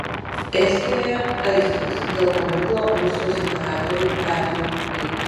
estijoje aistros dėl paminklo rusijos imperatoriui petrui i